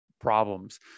problems